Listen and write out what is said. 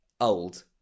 old